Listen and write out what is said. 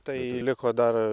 tai liko dar